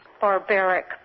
barbaric